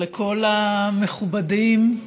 לכל המכובדים,